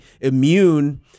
immune